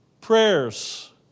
Prayers